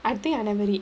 I think I never read